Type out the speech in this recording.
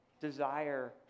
desire